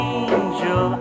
angel